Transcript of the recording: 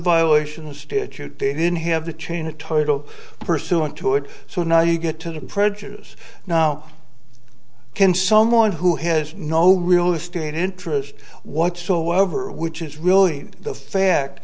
violation the statute didn't have the chain of total pursuant to it so now you get to the prejudice now can someone who has no real estate interest whatsoever which is really the fact